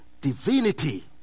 divinity